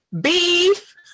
beef